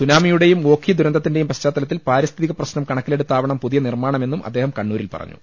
സുനാമിയുടെയും ഓഖി ദുരന്ത ത്തിന്റെയും പശ്ചാത്തലത്തിൽ പാരിസ്ഥിതിക പ്രശ് നം കണക്കിലെടുത്താവണം പുതിയ നിർമ്മാണമെന്നും അദ്ദേഹം കണ്ണൂരിൽ പറഞ്ഞു